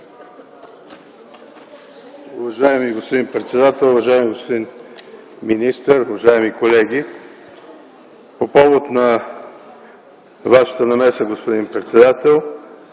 Уважаеми господин председател, уважаеми господин министър, уважаеми колеги! По повод Вашата намеса, господин председател,